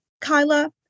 Kyla